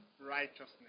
righteousness